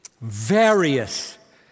various